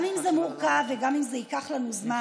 גם אם זה מורכב וגם אם זה ייקח לנו זמן,